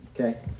okay